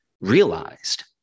realized